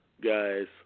guys